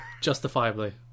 justifiably